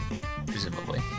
presumably